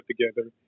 together